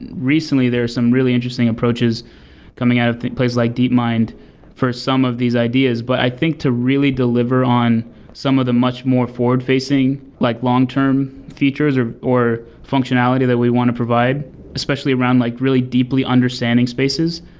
and recently there're some really interesting approaches coming out of places like deepmind for some of these ideas. but i think to really deliver on some of the much more forward-facing like long-term features or or functionality that we want to provide, especially around like really deeply understanding spaces.